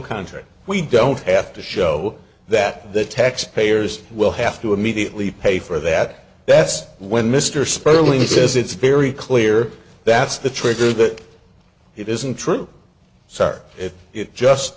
content we don't have to show that the taxpayers will have to immediately pay for that that's when mr sperling says it's very clear that's the trigger that it isn't true sorry if it just